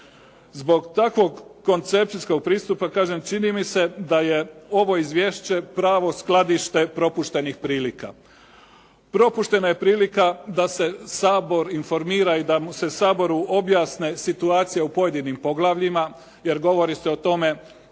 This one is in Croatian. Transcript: Zbog takvog koncepcijskog pristupa kažem čini mi se da je ovo izvješće pravo skladište propuštenih prilika. Propuštena je prilika da se Sabor informira i da se Saboru objasne situacije u pojedinim poglavljima, jer govori se o tome